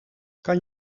kan